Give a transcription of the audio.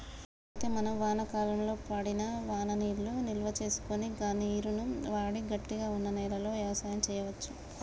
అయితే మనం వానాకాలంలో పడిన వాననీళ్లను నిల్వసేసుకొని గా నీరును వాడి గట్టిగా వున్న నేలలో యవసాయం సేయచ్చు